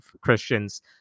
Christians